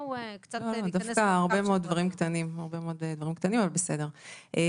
דווקא הרבה מאוד דברים קטנים, אבל בסדר.